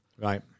Right